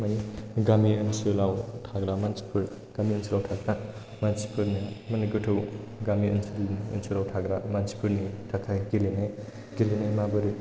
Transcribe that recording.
गामि ओनसोलाव थाग्रा मानसिफोरनो माने गोथौ गामि ओनसोलाव थाग्रा मानसिफोरनि थाखाय गेलेनाया माबोरै